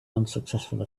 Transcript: unsuccessful